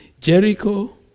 Jericho